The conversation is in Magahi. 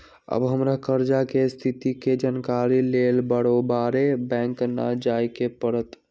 अब हमरा कर्जा के स्थिति के जानकारी लेल बारोबारे बैंक न जाय के परत्